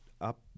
up